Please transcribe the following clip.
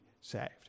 saved